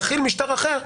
תחיל משטר אחר,